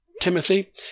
Timothy